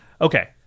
Okay